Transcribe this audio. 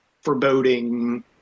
foreboding